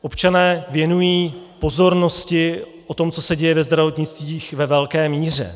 Občané věnují pozornost tomu, co se děje ve zdravotnictví, ve velké míře.